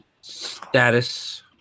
status